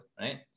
right